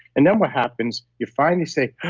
and then what happens, you finally say, ah,